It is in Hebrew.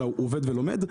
אלא הוא עובד ולומד.